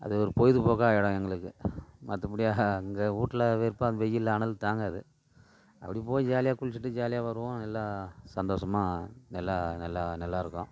அது ஒரு பொழுதுபோக்கா ஆகிடும் எங்களுக்கு மற்றபடி அங்கே வீட்ல வெறுப்பாக வெயில் அனல் தாங்காது அப்படி போய் ஜாலியாக குளித்துட்டு ஜாலியாக வருவோம் நல்லா சந்தோஷமா எல்லாம் நல்லா நல்லாயிருக்கும்